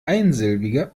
einsilbige